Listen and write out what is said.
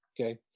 Okay